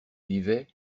vivait